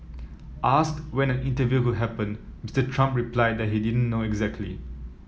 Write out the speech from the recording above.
asked when an interview could happened Mister Trump replied that he didn't know exactly